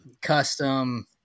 custom